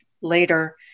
later